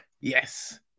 Yes